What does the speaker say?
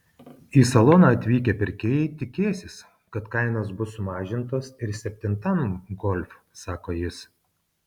į saloną atvykę pirkėjai tikėsis kad kainos bus sumažintos ir septintam golf sako jis